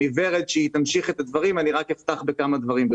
אני אבקש מורד שתמשיך את הדברים ואני רק אפתח בכמה דברים.